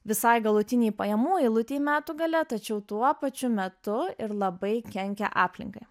visai galutinei pajamų eilutei metų gale tačiau tuo pačiu metu ir labai kenkia aplinkai